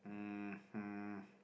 um hmm